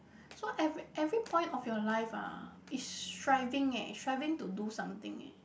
so every every point of your like ah is striving eh striving to do something eh